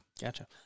Gotcha